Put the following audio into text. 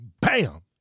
Bam